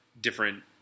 different